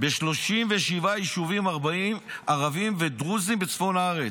ב-37 יישובים ערביים ודרוזיים בצפון הארץ.